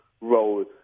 role